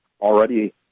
already –